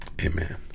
Amen